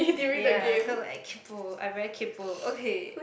ya cause I kaypoh I very kaypoh okay